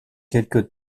quelque